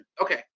okay